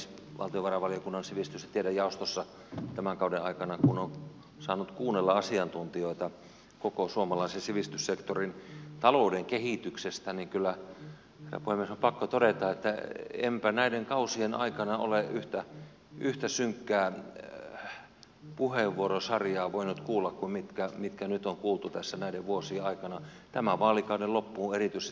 kun valtiovarainvaliokunnan sivistys ja tiedejaostossa tämän kauden aikana on saanut kuunnella asiantuntijoita koko suomalaisen sivistyssektorin talouden kehityksestä niin kyllä herra puhemies on pakko todeta että enpä näiden kausien aikana ole yhtä synkkää puheenvuorosarjaa voinut kuulla kuin mitkä nyt on kuultu näiden vuosien aikana tämän vaalikauden loppuun erityisesti painottuen